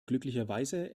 glücklicherweise